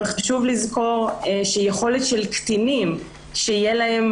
אבל חשוב לזכור שיכולת של קטינים שיהיה להם